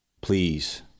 Please